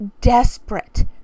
desperate